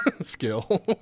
skill